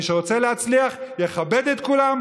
מי שרוצה להצליח יכבד את כולם,